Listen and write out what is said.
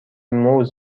موز